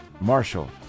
Marshall